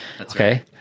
Okay